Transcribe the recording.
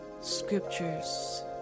scriptures